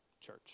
church